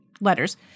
letters